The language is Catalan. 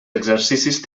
exercicis